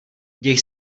děj